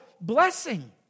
blessing